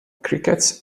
crickets